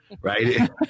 right